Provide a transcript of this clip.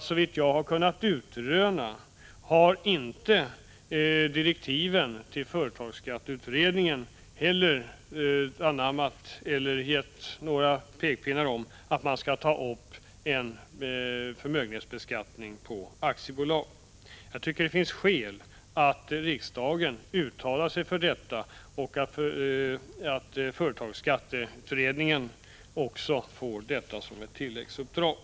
Såvitt jag har kunnat utröna har det inte heller i direktiven till företagsskatteutredningen getts några pekpinnar om att man skall ta upp förmögenhetsbeskattning i aktiebolag. Det finns skäl att riksdagen uttalar sig för att företagsskatteutredningen får detta som ett tilläggsuppdrag.